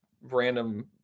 random